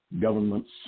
governments